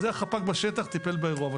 אז זה החפ"ק בשטח טיפל באירוע.